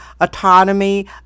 autonomy